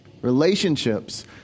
relationships